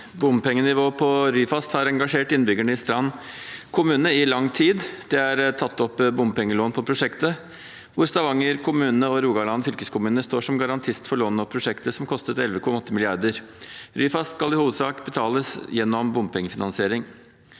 Bompengenivået på Ryfast har engasjert innbyggerne i Strand kommune i lang tid. Det er tatt opp bompengelån på prosjektet, der Stavanger kommune og Rogaland fylkeskommune står som garantist for lånet og prosjektet, som kostet 11,8 mrd. kr. Ryfast skal i hovedsak betales gjennom bompengefinansiering.